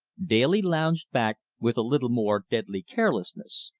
daly lounged back with a little more deadly carelessness.